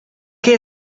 qué